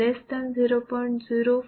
045 is less than 0